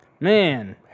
Man